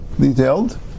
detailed